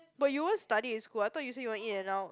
but you won't study in school I thought you say you want In and Out